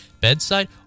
bedside